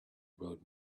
wrote